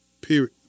period